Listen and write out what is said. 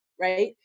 right